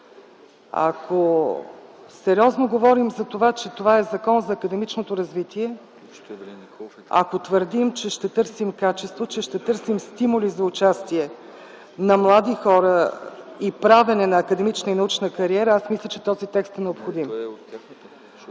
Ако говорим сериозно, че законът е за академичното развитие, ако твърдим, че ще търсим качество, че ще търсим стимули за участие на млади хора и правене на академична и научна кариера, мисля, че този текст е необходим.